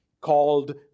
called